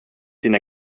dina